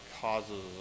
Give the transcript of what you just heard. causes